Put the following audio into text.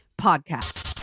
Podcast